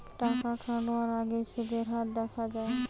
টাকা খাটাবার আগেই সুদের হার দেখা যায়